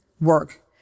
work